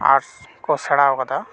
arts ᱠᱚ ᱥᱮᱬᱟᱣ ᱟᱠᱟᱫᱟ